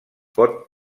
pot